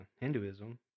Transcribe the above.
Hinduism